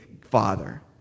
father